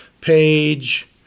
page